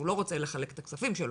הוא לא רוצה לחלק את הכספים שלו,